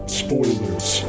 spoilers